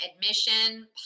Admission